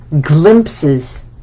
glimpses